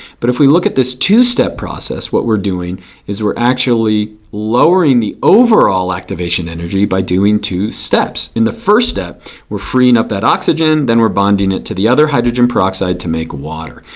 but if we look at this two-step process what we're doing is we're actually lowering the overall activation energy by doing two steps. in the first step we're freeing up that oxygen. then we're bonding it to the other hydrogen peroxide to make water.